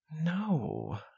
No